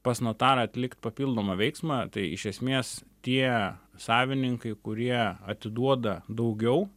pas notarą atlikt papildomą veiksmą tai iš esmės tie savininkai kurie atiduoda daugiau